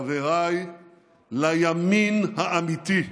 חבריי לימין האמיתי.